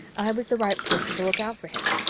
i was the right person to look out for him.